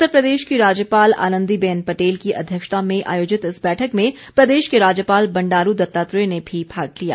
उत्तर प्रदेश की राज्यपाल आनंदी बेन पटेल की अध्यक्षता में आयोजित इस बैठक में प्रदेश के राज्यपाल बंडारू दत्तात्रेय ने भी भाग लिया